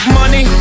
money